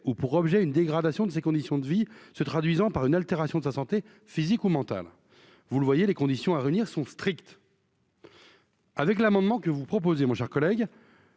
ou pour objet une dégradation de ses conditions de vie se traduisant par une altération de sa santé physique ou mentale, vous le voyez, les conditions à réunir sont strict. Avec l'amendement que vous proposez, mon cher collègue,